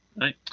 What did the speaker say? right